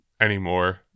anymore